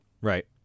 Right